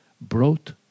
brought